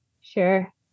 Sure